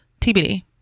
TBD